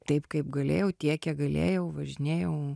taip kaip galėjau tiek kiek galėjau važinėjau